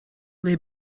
lay